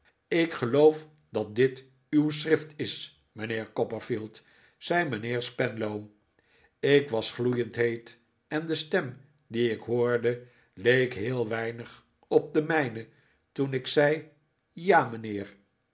ik geloof dat dit uw schrift is mijnheer copperfield zei mijnheer spenlow ik was gloeiend heet en de stem die ik hoorde leek heel weinig op de mijne toen ik zei ja mijnheer